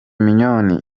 mignonne